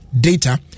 data